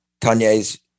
kanye's